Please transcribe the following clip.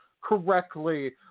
correctly